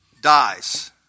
dies